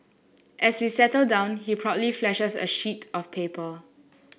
as we settle down he proudly flashes a sheet of paper